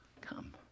Come